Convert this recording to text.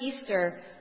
Easter